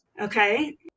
Okay